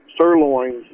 sirloins